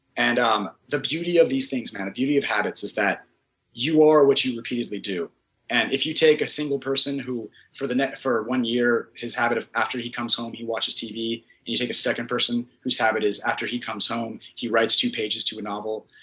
and um the beauty of these things, man, the beauty of habits is that you are what you repeatedly do and if you take a single person, who for the next one year, has habit of, after he comes home, he watches tv and you take a second person whose habit is after he comes home he writes two pages to a novel.